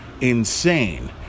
insane